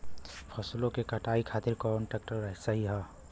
फसलों के कटाई खातिर कौन ट्रैक्टर सही ह?